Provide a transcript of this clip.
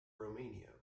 romania